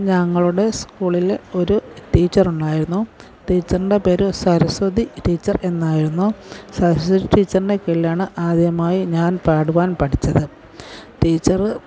ഞങ്ങളുടെ സ്കൂളിൽ ഒരു ടീച്ചറുണ്ടായിരുന്നു ടീച്ചറിൻ്റെ പേര് സരസ്വതി ടീച്ചർ എന്നായിരുന്നു സരസ്വതി ടീച്ചറിൻ്റെ കീഴിലാണ് ആദ്യമായി ഞാൻ പാടുവാൻ പഠിച്ചത് ടീച്ചറ്